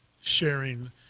sharing